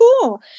cool